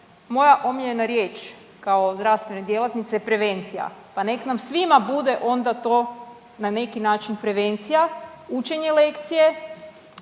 moja omiljena riječ kao zdravstvene djelatnice je prevencija pa nek nam svima bude onda to na neki način prevencija, učenje lekcije,